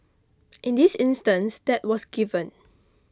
in this instance that was given